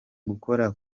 gukora